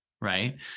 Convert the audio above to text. right